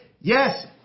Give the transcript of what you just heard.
yes